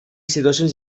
situacions